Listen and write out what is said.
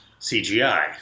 CGI